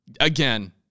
Again